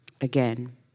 Again